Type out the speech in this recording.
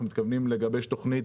אנחנו מתכוונים לגבש תוכנית,